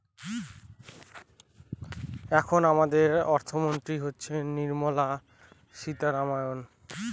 এখন আমাদের দেশের অর্থমন্ত্রী হচ্ছেন নির্মলা সীতারামন